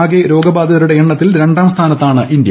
ആകെ രോഗബാധിതരുടെ എണ്ണത്തിൽ രണ്ടാം സ്ഥാനത്താണ് ഇന്ത്യ